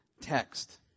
text